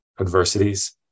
adversities